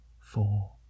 four